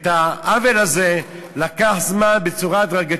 ואת העוול הזה לקח זמן לתקן, בצורה הדרגתית.